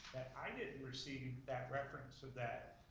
i didn't receive that reference of that